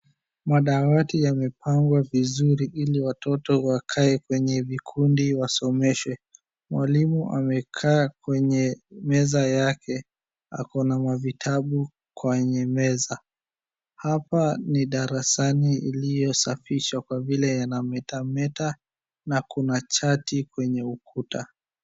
Madawati yamepangwa vizuri ili watoto wakae kwenye vikundi wasomeshwe, mwalimu amekaa kwenye meza yake ako na mavitabu kwenye meza, hapa ni darasani iliyosafishwa kwa vile yanametameta na kuna chati kwenye ukuta.